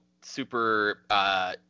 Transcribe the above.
super